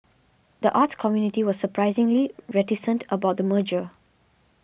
the arts community was surprisingly reticent about the merger